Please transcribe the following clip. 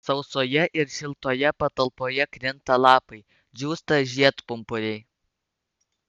sausoje ir šiltoje patalpoje krinta lapai džiūsta žiedpumpuriai